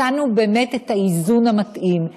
מצאנו באמת את האיזון המתאים,